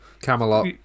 Camelot